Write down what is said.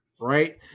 Right